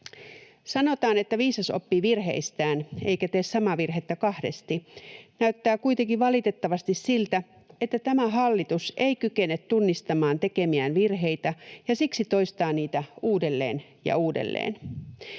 Sanotaan, että viisas oppii virheistään eikä tee samaa virhettä kahdesti. Näyttää kuitenkin valitettavasti siltä, että tämä hallitus ei kykene tunnistamaan tekemiään virheitä ja siksi toistaa niitä uudelleen ja uudelleen.